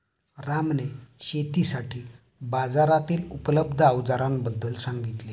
रामने शेतीसाठी बाजारातील उपलब्ध अवजारांबद्दल सांगितले